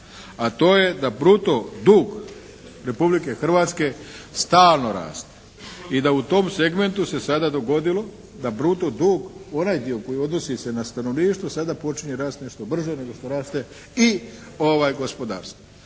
a to je da bruto dug Republike Hrvatske stalno raste i da u tom segmentu se sada dogodilo da bruto dug onaj dio koji odnosi se na stanovništvo sada počinje rasti nešto brže nego što raste i gospodarstvo.